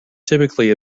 typically